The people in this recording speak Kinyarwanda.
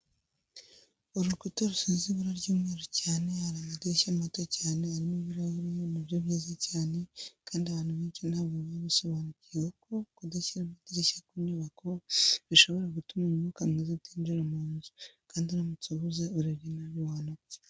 Urukuta rusize ibara ry'umweru cyane, hari amadirishya mato cyane arimo ibirahure nabyo byiza cyane kandi abantu benshi ntabwo baba basobanukiwe ko kudashyira amadirishya ku nyubako, bishobora gutuma umwuka mwiza utinjira mu nzu, kandi uramutse ubuze, urebye nabi wanapfa.